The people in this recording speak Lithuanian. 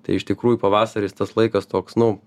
tai iš tikrųjų pavasaris tas laikas toks nu